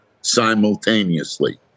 simultaneously